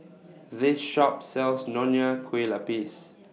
This Shop sells Nonya Kueh Lapis